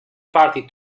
party